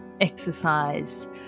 exercise